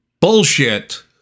Bullshit